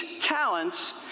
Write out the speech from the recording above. talents